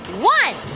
one